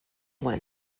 one